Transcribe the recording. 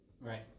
Right